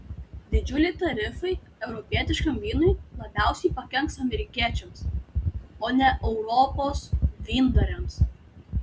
didžiuliai tarifai europietiškam vynui labiausiai pakenks amerikiečiams o ne europos vyndariams